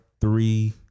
three